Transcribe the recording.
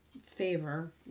favor